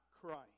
Christ